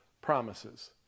promises